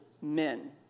men